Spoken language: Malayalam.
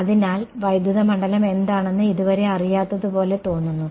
അതിനാൽ വൈദ്യുത മണ്ഡലം എന്താണെന്ന് ഇതുവരെ അറിയാത്തതുപോലെ തോന്നുന്നു